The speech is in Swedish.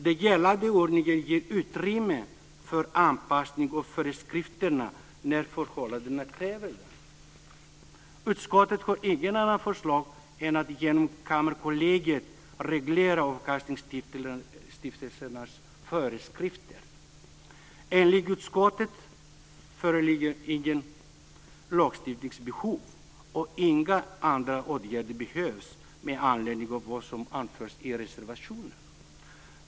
Den gällande ordningen ger utrymme för anpassning av föreskrifterna när förhållandena kräver det. Utskottet har inget annat förslag än att man genom Kammarkollegiet ska reglera avkastningsstiftelsernas föreskrifter. Enligt utskottet föreligger inget lagstiftningsbehov, och inga andra åtgärder behövs med anledning av vad som anförs i reservationen.